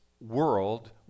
world